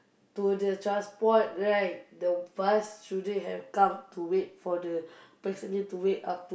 to the transport right the bus shouldn't have come to wait for the passenger to wait up to